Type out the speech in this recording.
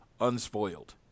unspoiled